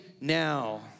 now